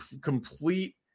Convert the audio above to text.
complete